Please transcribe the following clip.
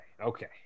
okay